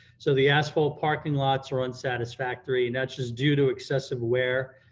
so the asphalt parking lots are unsatisfactory and that's just due to excessive wear,